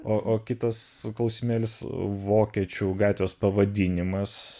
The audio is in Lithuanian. o o kitas klausimėlis vokiečių gatvės pavadinimas